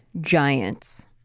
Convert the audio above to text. giants